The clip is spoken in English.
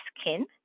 skin